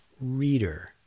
Reader